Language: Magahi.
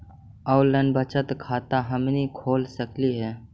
ऑनलाइन बचत खाता हमनी खोल सकली हे?